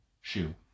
shoe